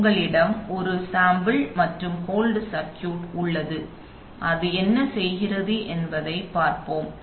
உங்களிடம் ஒரு சாம்பிள் மற்றும் ஹோல்ட் சர்க்யூட் உள்ளது அது என்ன செய்கிறது என்பதை பார்ப்போம்